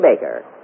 Baker